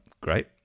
great